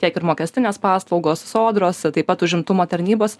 tiek ir mokestinės paslaugos sodros o taip pat užimtumo tarnybos